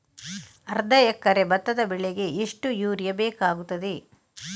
ಅರ್ಧ ಎಕರೆ ಭತ್ತ ಬೆಳೆಗೆ ಎಷ್ಟು ಯೂರಿಯಾ ಬೇಕಾಗುತ್ತದೆ?